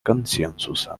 консенсусом